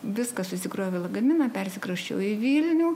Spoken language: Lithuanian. viską susikroviau į lagaminą persikrausčiau į vilnių